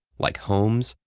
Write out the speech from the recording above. like homes,